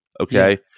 okay